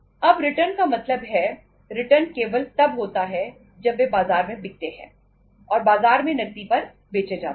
अब रिटर्न का मतलब है रिटर्न केवल तब होता है जब वे बाजार में बिकते हैं और बाजार में नकदी पर बेचे जाते हैं